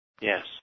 yes